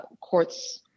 courts